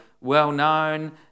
well-known